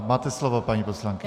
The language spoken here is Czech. Máte slovo, paní poslankyně.